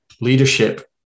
leadership